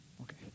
Okay